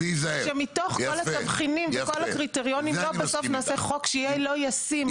שמתוך כל התבחינים וכל הקריטריונים לא בסוף נעשה חוק שיהיה לא ישים.